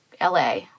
la